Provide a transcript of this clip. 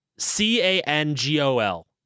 C-A-N-G-O-L